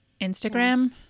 Instagram